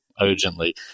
urgently